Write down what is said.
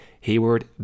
Hayward